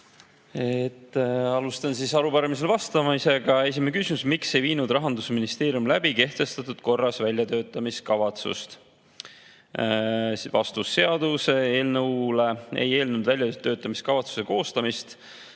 Alustan arupärimisele vastamist. Esimene küsimus: "Miks ei viinud rahandusministeerium läbi kehtestatud korras väljatöötamiskavatsust?" Vastus. Seaduseelnõule ei eelnenud väljatöötamiskavatsuse koostamist,